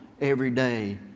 everyday